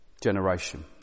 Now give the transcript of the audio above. generation